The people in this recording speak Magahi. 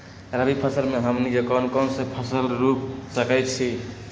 रबी फसल में हमनी के कौन कौन से फसल रूप सकैछि?